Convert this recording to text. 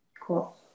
cool